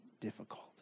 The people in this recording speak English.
difficult